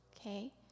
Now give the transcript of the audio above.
okay